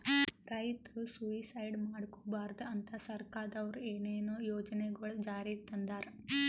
ರೈತರ್ ಸುಯಿಸೈಡ್ ಮಾಡ್ಕೋಬಾರ್ದ್ ಅಂತಾ ಸರ್ಕಾರದವ್ರು ಏನೇನೋ ಯೋಜನೆಗೊಳ್ ಜಾರಿಗೆ ತಂದಾರ್